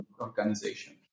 organization